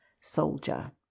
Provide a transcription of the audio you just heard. soldier